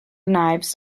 knives